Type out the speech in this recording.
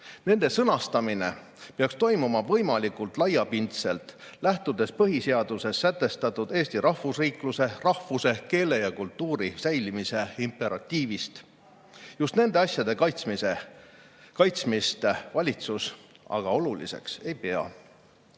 Nende sõnastamine peaks toimuma võimalikult laiapindselt, lähtudes põhiseaduses sätestatud rahvusriikluse, rahvuse, keele ja kultuuri säilimise imperatiivist. Just nende asjade kaitsmist valitsus aga oluliseks ei pea.